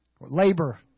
labor